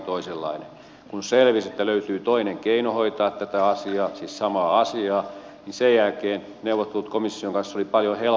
kun selvisi että löytyy toinen keino hoitaa tätä asiaa siis samaa asiaa niin sen jälkeen neuvottelut komission kanssa olivat paljon helpompia